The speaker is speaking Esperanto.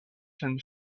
sen